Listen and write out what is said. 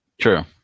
True